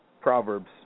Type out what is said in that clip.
Proverbs